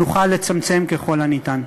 נוכל לצמצם ככל הניתן.